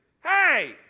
Hey